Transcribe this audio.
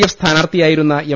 F സ്ഥാനാർത്ഥിയായിരുന്ന M